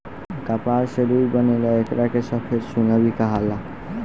कपास से रुई बनेला एकरा के सफ़ेद सोना भी कहाला